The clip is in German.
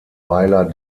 weiler